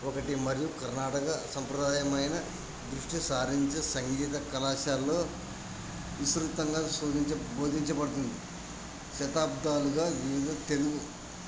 ఒకటి మరియు కర్ణాటక సంప్రదాయమైన దృష్టి సారించి సంగీత కళాశాలలో విస్తృతంగా శోధించి బోధించబడుతుంది శతాబ్దాలుగా వివిధ తెలుగు